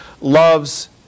loves